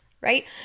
right